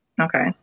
Okay